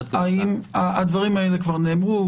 הדברים האלה כבר נאמרו.